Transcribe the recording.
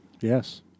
yes